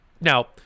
now